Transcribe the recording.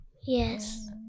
Yes